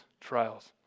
trials